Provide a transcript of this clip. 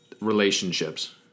relationships